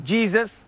Jesus